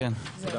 אושר.